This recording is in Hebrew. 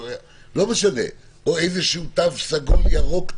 או תו ירוק,